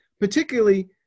particularly